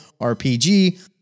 RPG